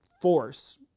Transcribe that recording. force